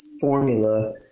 formula